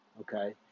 okay